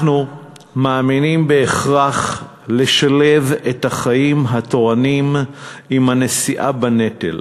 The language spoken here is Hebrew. אנחנו מאמינים בהכרח לשלב את החיים התורניים עם הנשיאה בנטל,